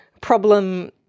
problem